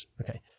okay